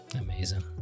amazing